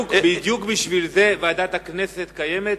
בדיוק בשביל זה ועדת הכנסת קיימת,